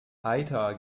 eiter